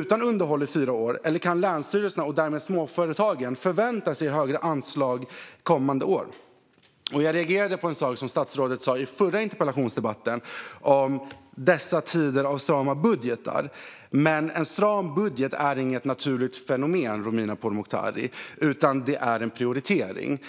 utan underhåll i fyra år, eller kan länsstyrelserna och därmed småföretagen förvänta sig högre anslag kommande år? Jag reagerade på en sak som statsrådet sa i den förra interpellationsdebatten om dessa tider av strama budgetar. En stram budget är inget naturfenomen, Romina Pourmokhtari, utan en prioritering.